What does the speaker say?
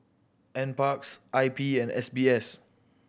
Nparks I P and S B S